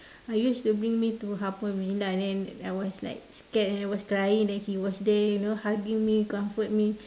uh use to bring me to haw-par-villa then I was like scared and I was crying then he was there you know hugging me comfort me